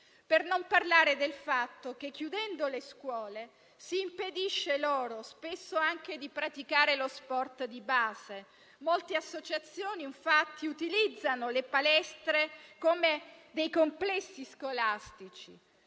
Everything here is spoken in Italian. per non parlare del fatto che, chiudendo le scuole, si impedisce loro, spesso, anche di praticare lo sport di base. Molte associazioni, infatti, utilizzano le palestre dei complessi scolastici.